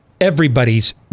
everybody's